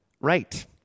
right